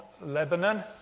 Lebanon